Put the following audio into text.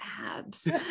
abs